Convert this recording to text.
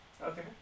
Okay